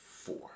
four